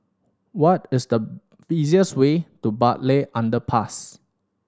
what is the easiest way to Bartley Underpass